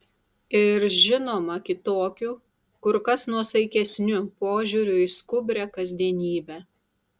ir žinoma kitokiu kur kas nuosaikesniu požiūriu į skubrią kasdienybę